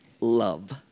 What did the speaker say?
Love